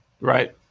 Right